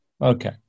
Okay